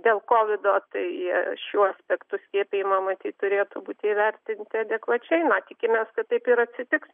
dėl kovido tai šiuo aspektu slėpijimą matyt turėtų būti įvertinti adekvačiai na tikimės kad taip ir atsitiks